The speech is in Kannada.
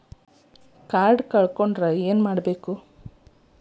ಕಾರ್ಡ್ ಕಳ್ಕೊಂಡ್ರ ಏನ್ ಮಾಡಬೇಕು?